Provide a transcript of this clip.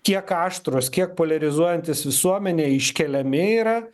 kiek aštrūs kiek poliarizuojantys visuomenę iškeliami yra